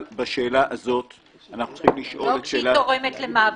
לא כשהיא תורמת למוות.